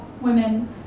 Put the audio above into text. women